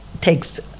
takes